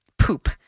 poop